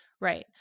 Right